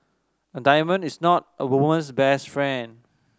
a diamond is not a woman's best friend